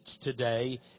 today